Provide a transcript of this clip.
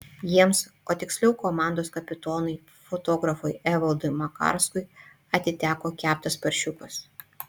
jiems o tiksliau komandos kapitonui fotografui evaldui makarskui atiteko keptas paršiukas